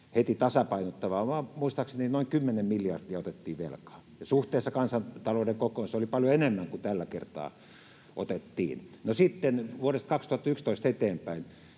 heti tasapainottamaan, vaan muistaakseni noin 10 miljardia otettiin velkaa. Suhteessa kansantalouden kokoon se oli paljon enemmän kuin tällä kertaa otettiin. No, sitten vuodesta 2011 eteenpäin